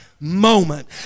moment